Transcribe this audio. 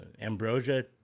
Ambrosia